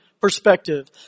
perspective